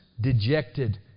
dejected